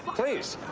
please.